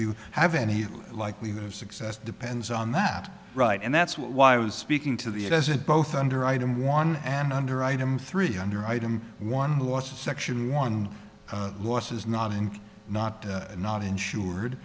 you have any likelihood of success depends on that right and that's why i was speaking to the it as it both under item one and under item three under item one was a section one losses not income not not insured